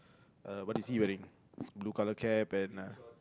uh what is he wearing blue colour cap and uh